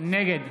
נגד